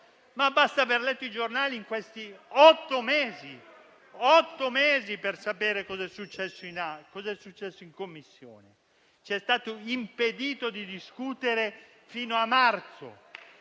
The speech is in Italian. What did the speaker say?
aver letto i giornali in questi otto mesi per sapere cosa è accaduto in Commissione. Ci è stato impedito di discutere fino a marzo